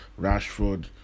Rashford